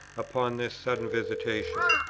upon this sudden visitation.